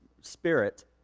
Spirit